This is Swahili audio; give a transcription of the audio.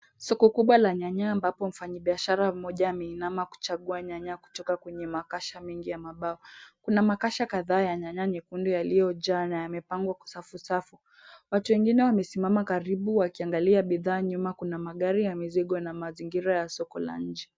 Soko kubwa la nyanya ambapo mfanyibiashara mmoja ameinama kuchagua nyanya kutoka kwenye makasha mengi ya mambao, kuna makasha kadha ya nyanya nyekundu yaliyojaa na yamepangwa kwa safu safu, watu wengine wamesimama karibu wakiangalia bidhaa, nyuma kuna magari ya mizigo na mazingira ya soko la nje.